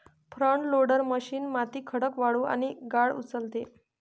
front loader machine माती, खडक, वाळू आणि गाळ उचलते